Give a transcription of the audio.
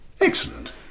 Excellent